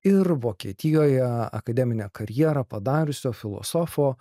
ir vokietijoje akademinę karjerą padariusio filosofo